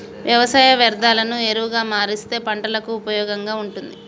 వ్యవసాయ వ్యర్ధాలను ఎరువుగా మారుస్తే పంటలకు ఉపయోగంగా ఉంటుంది